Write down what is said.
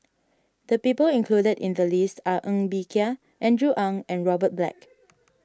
the people included in the list are Ng Bee Kia Andrew Ang and Robert Black